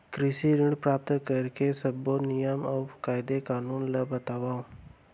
कृषि ऋण प्राप्त करेके सब्बो नियम अऊ कायदे कानून ला बतावव?